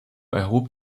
erhob